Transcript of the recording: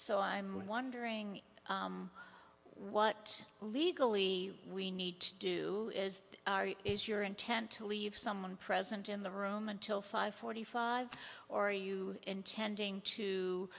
so i'm wondering what legally we need to do is your intent to leave someone present in the room until five forty five or are you intending to